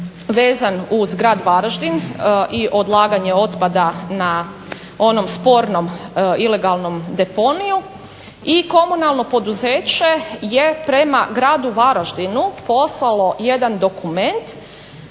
vezan uz grad Varaždin i odlaganje otpada na onom spornom ilegalnom deponiju i komunalno poduzeće je prema gradu Varaždinu poslalo jedan dokument